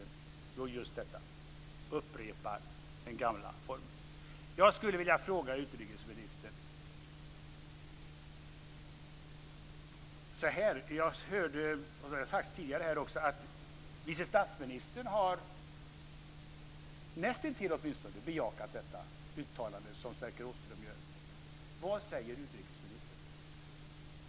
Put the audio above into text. Jo, just detta, dvs. upprepar den gamla formeln. Jag vill ställa en fråga till utrikesministern. Det har tidigare sagts att vice statsministern näst intill har bejakat Sverker Åströms uttalande. Vad säger utrikesministern?